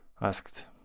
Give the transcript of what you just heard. asked